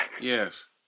Yes